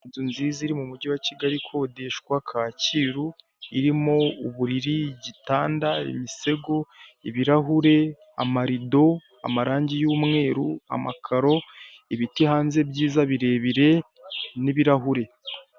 Inzu nziza iri mu mujyi wa Kigali ikodeshwa Kacyiru. Irimo uburiri, igitanda, imisego, ibirahure, amarido, amarange y'umweru, amakaro, ibiti hanze byiza birebire, n'ibirahure.